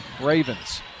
Ravens